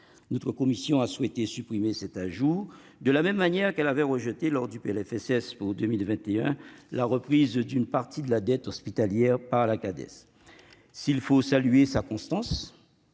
Notre commission a souhaité supprimer ce dernier ajout, de la même manière qu'elle avait rejeté, lors du PLFSS pour 2021, la reprise d'une partie de la dette hospitalière par la caisse d'amortissement de